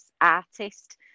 artist